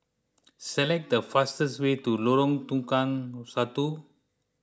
select the fastest way to Lorong Tukang Satu